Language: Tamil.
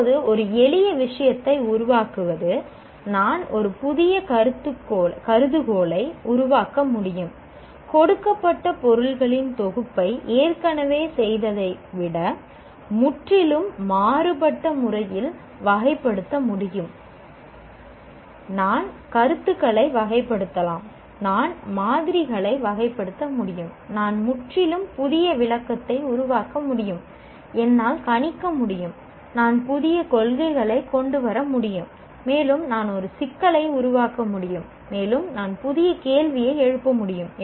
இப்போது ஒரு எளிய விஷயத்தை உருவாக்குவது நான் ஒரு புதிய கருதுகோளை உருவாக்க முடியும் கொடுக்கப்பட்ட பொருள்களின் தொகுப்பை ஏற்கனவே செய்ததை விட முற்றிலும் மாறுபட்ட முறையில் வகைப்படுத்த முடியும் நான் கருத்துக்களை வகைப்படுத்தலாம் நான் மாதிரிகளை வகைப்படுத்த முடியும் நான் முற்றிலும் புதிய விளக்கத்தை உருவாக்க முடியும் என்னால் கணிக்க முடியும் நான் புதிய கொள்கைகளை கொண்டு வர முடியும் மேலும் நான் ஒரு சிக்கலை உருவாக்க முடியும் மேலும் நான் புதிய கேள்வியை எழுப்ப முடியும்